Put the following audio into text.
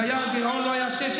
אז הגירעון לא היה 6.6%,